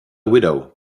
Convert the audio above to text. widow